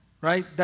Right